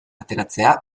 ateratzea